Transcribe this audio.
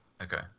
Okay